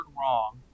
wrong